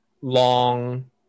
long